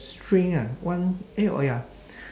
string ah one eh oh ya